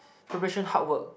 preparation hard work